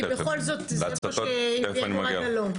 כי בכל זאת זה איפה שהביאונו עד הלום.